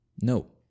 No